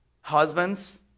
Husbands